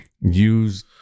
use